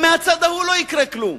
גם מהצד ההוא לא יקרה כלום.